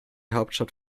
hauptstadt